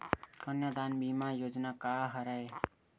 कन्यादान बीमा योजना का हरय?